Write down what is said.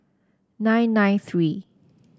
nine nine three